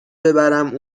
ببرم